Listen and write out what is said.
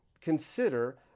consider